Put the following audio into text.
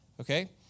Okay